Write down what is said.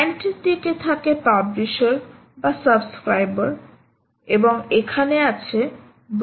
ক্লায়েন্টের দিকে থাকে পাব্লিশার বা সাবস্ক্রাইবার এবং এখানে আছে ব্রোকার